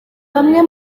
bamwe